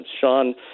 Sean